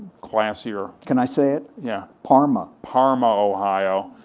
classier, can i say it, yeah parma? parma, ohio.